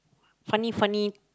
funny funny